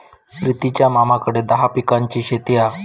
प्रितीच्या मामाकडे दहा पिकांची शेती हा